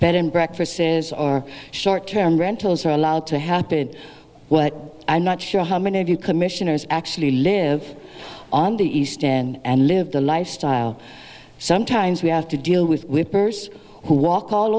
bed and breakfast is or short term rentals are allowed to happen what i'm not sure how many of you commissioners actually live on the east and live the lifestyle sometimes we have to deal with who walk all